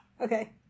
Okay